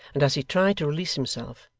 and as he tried to release himself,